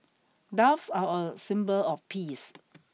doves are a symbol of peace